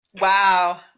Wow